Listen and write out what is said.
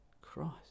Christ